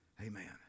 Amen